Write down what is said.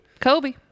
Kobe